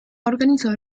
organizado